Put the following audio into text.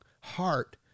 heart